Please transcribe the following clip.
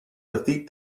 defeat